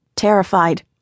Terrified